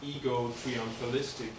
ego-triumphalistic